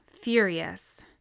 furious